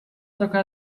tocar